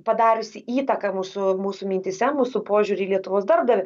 padariusi įtaką mūsų mūsų mintyse mūsų požiūriui į lietuvos darbdavį